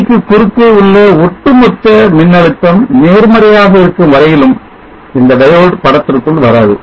தொகுதிக்கு குறுக்கே உள்ள ஒட்டுமொத்த மின்னழுத்தம் நேர்மறையாக இருக்கும் வரையிலும் இந்த diode படத்திற்குள் வராது